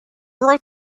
wrote